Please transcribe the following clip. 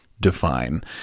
define